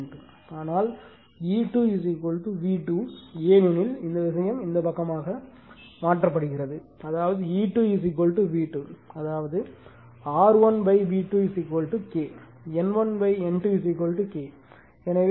ஆனால் E2 V2 ஏனெனில் இந்த விஷயம் இந்த பக்கமாக மாற்றப்படுகிறது அதாவது E2 V2 அதாவது R1 V2 K N1 N2 K எனவே E1 K V2